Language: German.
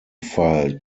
fall